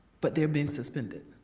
but they're being suspended.